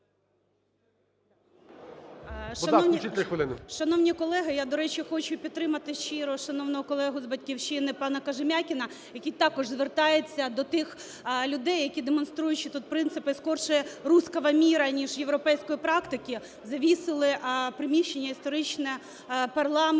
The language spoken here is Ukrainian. Шановні колеги, я, до речі, хочу підтримати щиро шановного колегу з "Батьківщини" пана Кожем'якіна, який також звертається до тих людей, які, демонструючи тут принципи скорше "русского мира", ніж європейської практики, завісили приміщення, історичне, парламенту